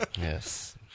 Yes